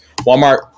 Walmart